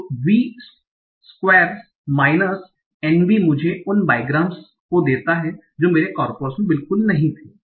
तो V square minus N b मुझे उन बाईग्राम्स देता है जो मेरे कॉर्पस में बिल्कुल नहीं थे